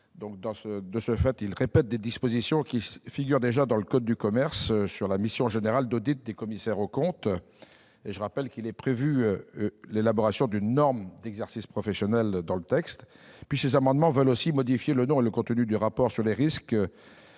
de loi. Ils répètent des dispositions qui figurent déjà dans le code de commerce sur la mission générale d'audit des commissaires aux comptes. Je rappelle que l'élaboration d'une norme d'exercice professionnel est prévue par le projet de loi. En outre, ces amendements tendent aussi à modifier le nom et le contenu du rapport sur les risques